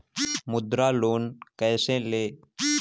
मुद्रा लोन कैसे ले?